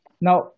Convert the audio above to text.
Now